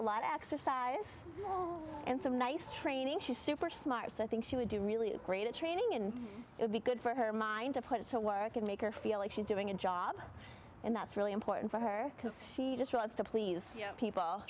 a lot of exercise and some nice training she's super smart so i think she would do really great at training and would be good for her mind to put it to work and make her feel like she's doing a job and that's really important for her because she just wants to please